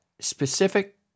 specific